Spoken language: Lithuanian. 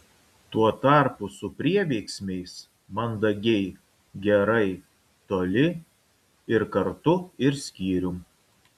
tuo tarpu su prieveiksmiais mandagiai gerai toli ir kartu ir skyrium